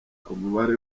umubare